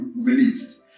released